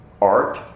art